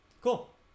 Cool